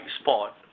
spot